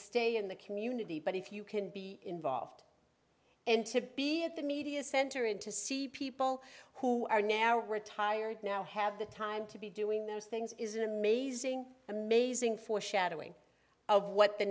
stay in the community but if you can be involved and to be at the media center and to see people who are now retired now have the time to be doing those things is an amazing amazing foreshadowing of what the